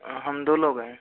हम दो लोग हैं